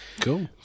cool